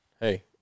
hey